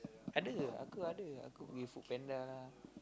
ada aku ada with FoodPanda lah